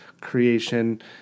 creation